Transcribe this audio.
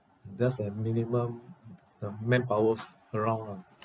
there's a minimum of manpowers around lah